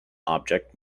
object